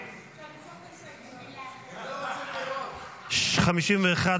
הסתייגות 35 לא נתקבלה.